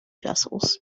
vessels